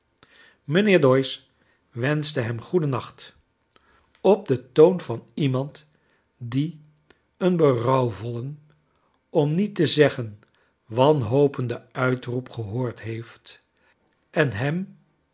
mijnheer doyce weuschte hem goeden nacht op den toon van iemand die een berouwvollen om niet te zeggen wanhopenden uitroep gehoord heeft en hem